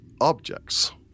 objects